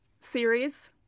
series